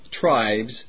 Tribes